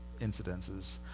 incidences